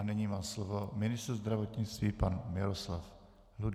Nyní má slovo ministr zdravotnictví pan Miloslav Ludvík.